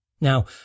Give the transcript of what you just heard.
Now